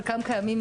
חלקם קיימים,